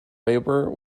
labour